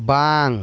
ᱵᱟᱝ